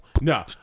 No